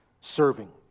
serving